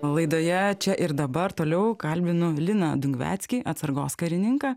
laidoje čia ir dabar toliau kalbinu liną dungveckį atsargos karininką